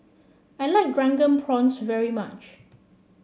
I like drunken very much